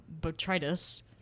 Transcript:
Botrytis